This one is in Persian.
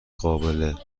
قابل